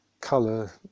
color